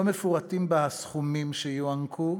לא מפורטים בה הסכומים שיוענקו,